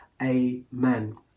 Amen